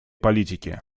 политики